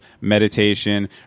meditation